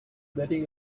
betting